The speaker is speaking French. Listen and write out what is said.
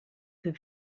peut